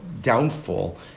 downfall